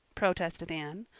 protested anne.